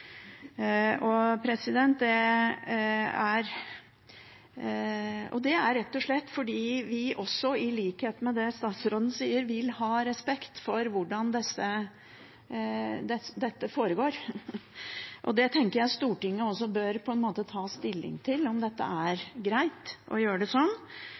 Det er rett og slett fordi vi også, i likhet med det statsråden sier, vil ha respekt for hvordan dette foregår. Det tenker jeg Stortinget også bør ta stilling til, om det er greit å gjøre det